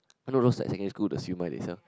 not those like secondary school the siew-mai they sell